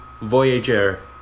Voyager